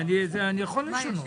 נגד?